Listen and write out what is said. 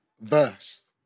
verse